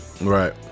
right